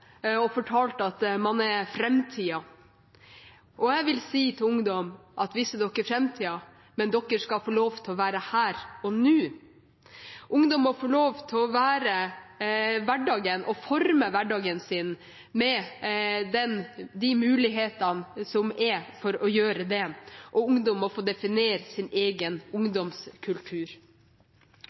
og fortalt at man er framtiden. Jeg vil si til ungdommen: Ja visst er dere framtiden, men dere skal få lov til å være her og nå. Ungdom må få lov til å forme hverdagen sin med de mulighetene som finnes for å gjøre det. Ungdom må få definere sin egen ungdomskultur.